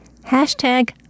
hashtag